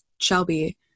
Shelby